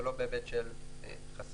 ולא בהיבט של חסימה.